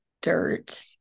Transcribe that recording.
dirt